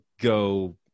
go